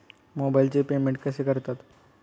मोबाइलचे पेमेंट कसे करतात?